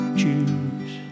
choose